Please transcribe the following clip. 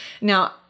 Now